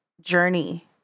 journey